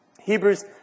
Hebrews